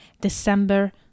December